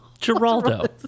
Geraldo